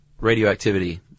radioactivity